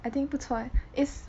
I think 不错 eh is